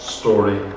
story